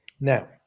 now